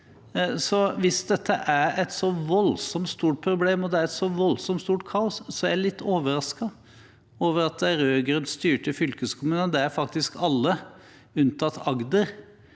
Hvis dette er et så voldsomt stort problem, og det er et så voldsomt stort kaos, er jeg litt overrasket over at de rød-grønt-styrte fylkeskommunene – det er faktisk alle unntatt Agder